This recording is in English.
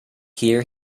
here